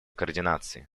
координации